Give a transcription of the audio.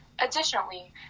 Additionally